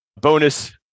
bonus